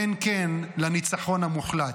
כן כן, לניצחון המוחלט.